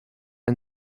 and